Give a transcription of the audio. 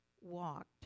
walked